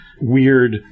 weird